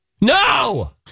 No